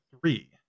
three